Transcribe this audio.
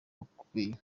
rukwiye